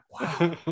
Wow